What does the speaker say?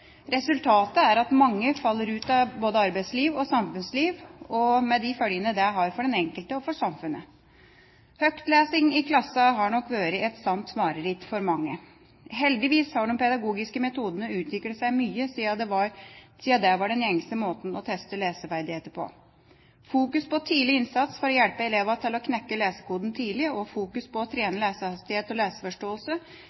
Resultatet er at mange faller ut av både arbeidsliv og samfunnsliv, med de følgene det har for den enkelte og for samfunnet. Høytlesning i klassen har nok vært et sant mareritt for mange. Heldigvis har de pedagogiske metodene utviklet seg mye siden det var den gjengse måten å teste leseferdigheter på. Fokus på tidlig innsats for å hjelpe elevene til å knekke lesekoden tidlig og fokus på